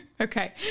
Okay